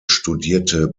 studierte